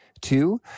Two